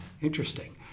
interesting